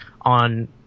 on